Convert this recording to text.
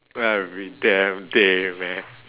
every damn day man